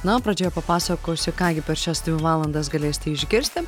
na o pradžioje papasakosiu ką gi per šias dvi valandas galėsite išgirsti